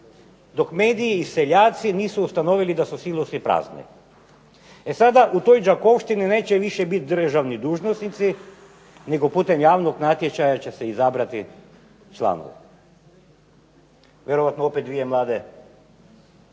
dok mediji i seljaci nisu ustanovili da su silosi prazni. E sada u toj Đakovštini neće više biti državni dužnosnici, nego putem javnog natječaja će se izabrati članovi. Vjerojatno opet dvije mlade